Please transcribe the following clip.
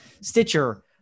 Stitcher